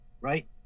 right